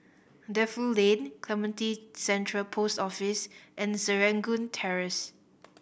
Defu Lane Clementi Central Post Office and Serangoon Terrace